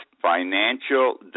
financial